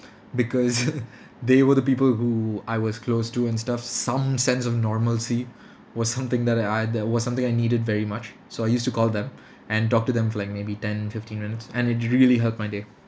because they were the people who I was close to and stuff some sense of normalcy was something that I I that was something I needed very much so I used to call them and talk to them for like maybe ten fifteen minutes and it really helped my day